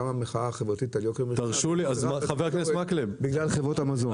קמה מחאה חברתית על יוקר המחייה --- בגלל חברות המזון.